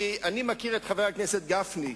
כי אני מכיר את חבר הכנסת גפני,